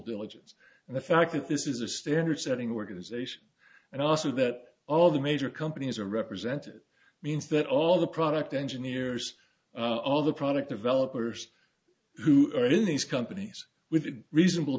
diligence and the fact that this is a standard setting organization and also that all the major companies are represented means that all of the product engineers are the product developers who are in these companies with reasonable